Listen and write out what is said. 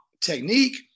technique